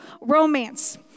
romance